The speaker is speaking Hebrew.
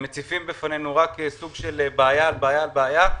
שמציפים בפנינו רק סוג של בעיה על בעיה על בעיה,